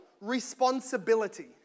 responsibility